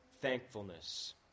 thankfulness